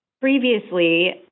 previously